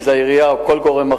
אם זה העירייה או כל גורם אחר,